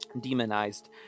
demonized